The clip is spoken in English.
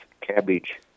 cabbage